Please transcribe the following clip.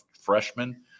freshman